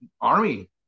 army